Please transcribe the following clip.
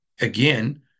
again